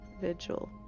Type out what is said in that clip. Vigil